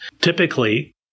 Typically